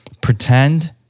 pretend